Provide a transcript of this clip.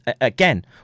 again